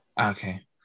Okay